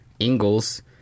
Ingalls